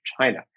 China